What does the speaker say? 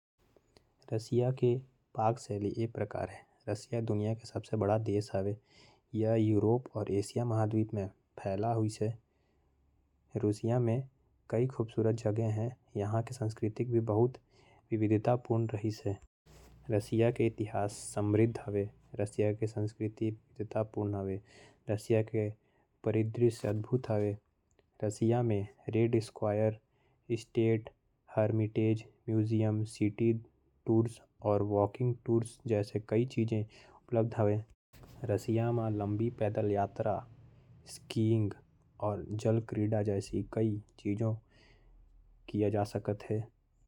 रसिया के पाक शैली कुछ ये प्रकार है। रसिया दुनिया के सबसे बड़ा देश है। यह बहुत अदभुत घूमे के जगह है। रसिया यूरोप महाद्वीप में फाइल्स है। यह म्यूजियम वॉकिंग और बहुत सारा चीज उपलब्ध है।